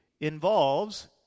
involves